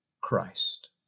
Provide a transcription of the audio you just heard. Christ